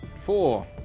Four